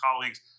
colleagues